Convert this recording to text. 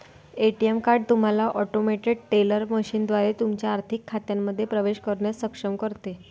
ATM card तुम्हाला automated teller मशीनद्वारे तुमच्या आर्थिक खात्यांमध्ये प्रवेश करण्यास सक्षम करते